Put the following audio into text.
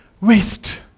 waste